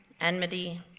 enmity